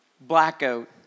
blackout